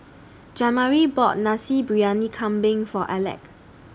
Jamari bought Nasi Briyani Kambing For Aleck